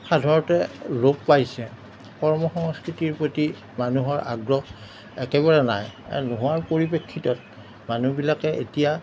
সাধাৰণতে লোপ পাইছে কৰ্ম সংস্কৃতিৰ প্ৰতি মানুহৰ আগ্ৰহ একেবাৰে নাই আৰু নোহোৱাৰ পৰিপ্ৰেক্ষিতত মানুহবিলাকে এতিয়া